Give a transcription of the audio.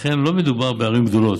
לכן לא מדובר בערים גדולות.